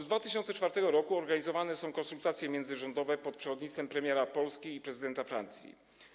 Od 2004 r. organizowane są konsultacje międzyrządowe pod przewodnictwem premiera Polski i prezydenta Francji.